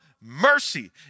mercy